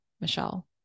Michelle